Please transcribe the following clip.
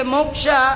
Moksha